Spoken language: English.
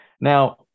Now